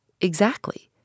Exactly